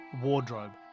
wardrobe